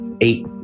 eight